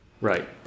Right